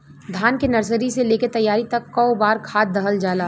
धान के नर्सरी से लेके तैयारी तक कौ बार खाद दहल जाला?